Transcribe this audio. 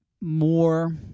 more